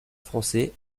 français